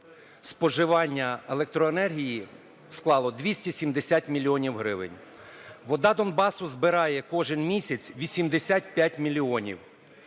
споживання електроенергії склало 270 мільйонів гривень. Вода Донбасу" збирає кожен місяць 85 мільйонів.